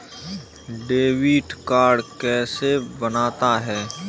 Debit card कैसे बनता है?